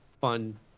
fun